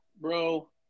bro